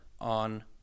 on